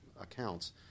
accounts